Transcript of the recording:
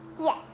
yes